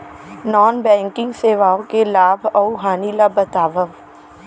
non banking सेवाओं के लाभ अऊ हानि ला बतावव